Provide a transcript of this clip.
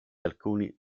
alcuni